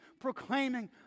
proclaiming